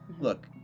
look